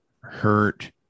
hurt